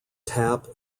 tap